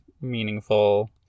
meaningful